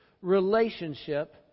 relationship